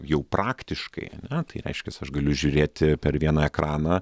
jau praktiškai ane tai reiškias aš galiu žiūrėti per vieną ekraną